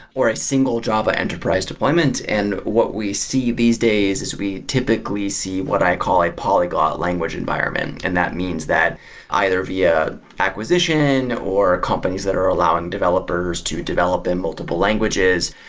or a single java enterprise deployment. and what we see these days is we typically see what i call a polyglot language environment, and that means that either via acquisition, or companies that are allowing developers to develop in multiple languages.